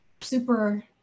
super